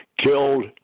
killed